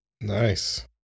Nice